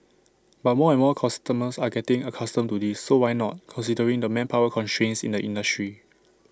but more and more customers are getting accustomed to this so why not considering the manpower constraints in the industry